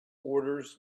orders